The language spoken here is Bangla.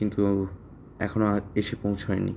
কিন্তু এখনও এসে পৌঁছায় নি